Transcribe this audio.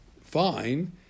fine